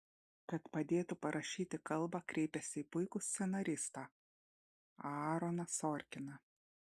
kad padėtų parašyti kalbą kreipėsi į puikų scenaristą aaroną sorkiną